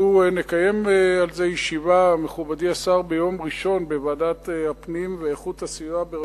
אנחנו נקיים על זה ישיבה בוועדת הפנים והגנת הסביבה ביום ראשון,